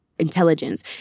intelligence